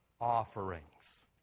offerings